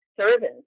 Servants